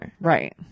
right